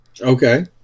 Okay